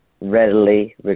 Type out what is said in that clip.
readily